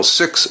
six